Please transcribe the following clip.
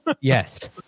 Yes